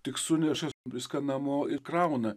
tik suneša viską namo ir krauna